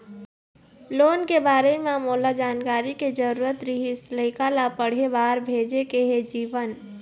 loan के बारे म मोला जानकारी के जरूरत रीहिस, लइका ला पढ़े बार भेजे के हे जीवन